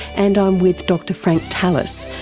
and i'm with dr frank tallis,